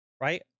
right